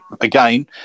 again